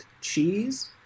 cheese